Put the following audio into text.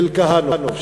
של כהנוף,